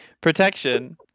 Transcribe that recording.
protection